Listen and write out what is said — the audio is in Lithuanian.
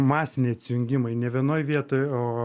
masiniai atsijungimai ne vienoj vietoj o